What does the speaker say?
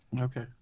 Okay